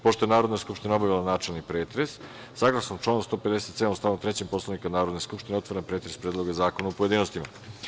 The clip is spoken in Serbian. Pošto je Narodna skupština obavila načelni pretres, saglasno članu 157. stav 3. Poslovnika Narodne skupštine, otvaram pretres Predloga zakona u pojedinostima.